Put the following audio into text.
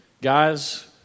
Guys